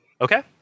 Okay